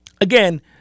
Again